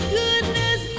goodness